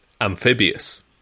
amphibious